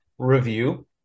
review